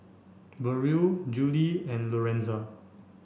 Burrell Juli and Lorenza